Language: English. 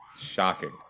Shocking